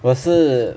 我是